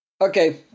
Okay